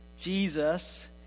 Jesus